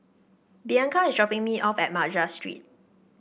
Bianca is dropping me off at Madras Street